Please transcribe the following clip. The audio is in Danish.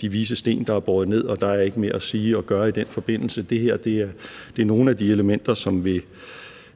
de vises sten, der er båret ned, og at der ikke er mere at sige eller gøre i den forbindelse. Det her er nogle af de elementer, som